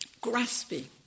grasping